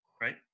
right